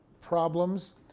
problems